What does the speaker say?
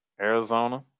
Arizona